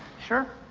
sure.